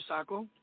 Saco